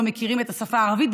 לא מכירים את השפה הערבית,